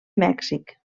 mèxic